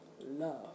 love